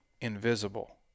invisible